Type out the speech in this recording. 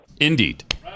indeed